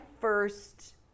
first